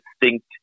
distinct